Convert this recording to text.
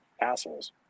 assholes